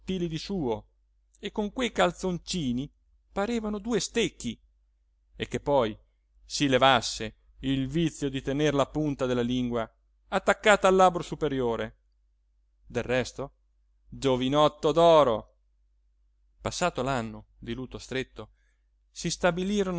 di suo e con quei calzoncini parevano due stecchi e che poi si levasse il vizio di tener la punta della lingua attaccata al labbro superiore del resto giovinotto d'oro passato l'anno di lutto stretto si stabilirono